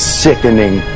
sickening